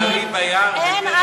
הישאג אריה ביער וטרף אין לו?